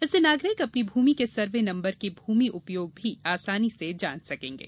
इससे नागरिक अपनी भूमि के सर्वे नंबर के भूमि उपयोग भी आसानी से जान सकेंगे